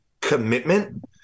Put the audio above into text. commitment